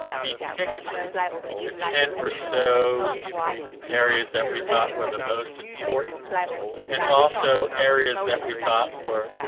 we picked the ten or so areas that we thought were the most important and also areas that we thought were